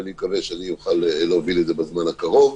ואני מקווה שאני אוכל להוביל את זה בזמן הקרוב.